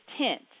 tent